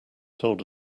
told